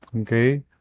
Okay